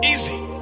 Easy